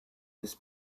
this